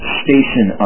station